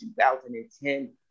2010